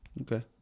Okay